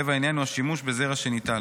לב העניין הוא השימוש בזרע שניטל".